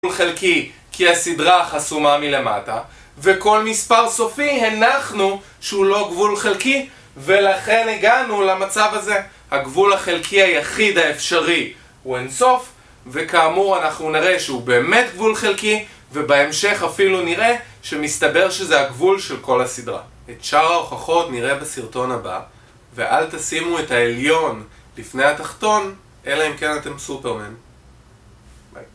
גבול חלקי כי הסדרה חסומה מלמטה וכל מספר סופי, הנחנו שהוא לא גבול חלקי ולכן הגענו למצב הזה. הגבול החלקי היחיד האפשרי הוא אינסוף וכאמור אנחנו נראה שהוא באמת גבול חלקי ובהמשך אפילו נראה שמסתבר שזה הגבול של כל הסדרה. את שאר ההוכחות נראה בסרטון הבא ואל תשימו את העליון לפני התחתון אלא אם כן אתם סופרמן ביי